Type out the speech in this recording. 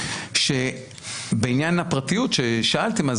שבעניין הפרטיות ששאלתם,